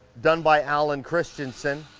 done by alan christianson.